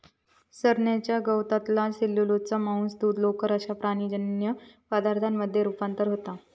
चरण्याच्या गवतातला सेल्युलोजचा मांस, दूध, लोकर अश्या प्राणीजन्य पदार्थांमध्ये रुपांतर होता